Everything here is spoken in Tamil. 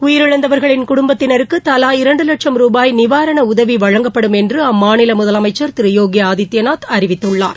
உயிரிழந்தவர்களின் குடும்பத்தினருக்கு தவா இரண்டு வட்சம் ரூபாய் நிவாரண உதவி வழங்கப்படும ்என்று அம்மாநில முதலமைச்ச் திரு யோகி ஆதித்யநாத் அறிவித்துள்ளார்